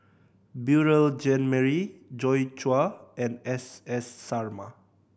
Beurel Jean Marie Joi Chua and S S Sarma